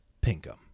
Pinkham